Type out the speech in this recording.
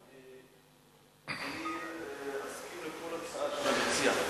אני אסכים לכל הצעה של המציע.